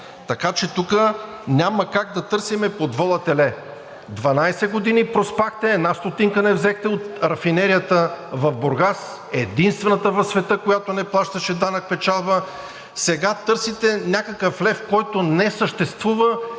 Така че тук няма как да търсим под вола теле. 12 години проспахте, една стотинка не взехте от рафинерията в Бургас – единствената в света, която не плащаше данък печалба, сега търсите някакъв лев, който не съществува